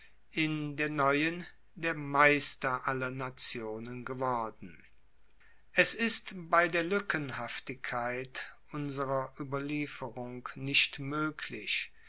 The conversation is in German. in der neuen der meister aller nationen geworden es ist bei der lueckenhaftigkeit unserer ueberlieferung nicht moeglich